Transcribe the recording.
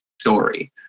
story